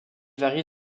varie